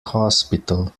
hospital